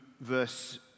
verse